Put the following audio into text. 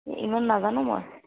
ইমান নাজানো মই